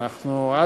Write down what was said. אנחנו,